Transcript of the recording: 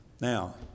Now